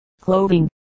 clothing